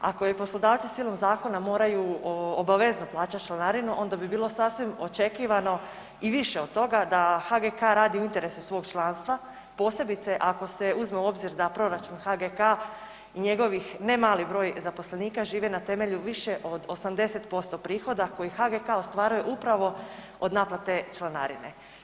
Ako poslodavci po sili zakona moraju obavezno plaćati članarinu, onda bi bilo sasvim očekivano i više od toga da HGK-a radi u interesu svog članstva posebice ako se uzme u obzir da proračun HGK-a i njegovih ne mali broj zaposlenika živi na temelju više od 80% prihoda koje HGK-a ostvaruje upravo od naplate članarine.